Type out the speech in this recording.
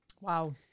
Wow